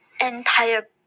entire